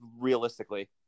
realistically